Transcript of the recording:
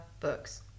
books